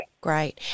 Great